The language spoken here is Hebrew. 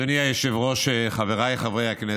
אדוני היושב-ראש, חבריי חברי הכנסת,